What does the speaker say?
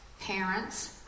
parents